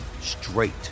straight